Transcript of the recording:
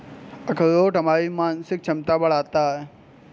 अखरोट हमारी मानसिक क्षमता को बढ़ाता है